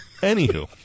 Anywho